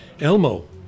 Elmo